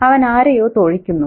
അവൻ ആരെയോ തൊഴിക്കുന്നു